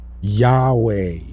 Yahweh